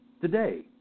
today